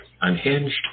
Unhinged